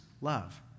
love